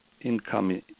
income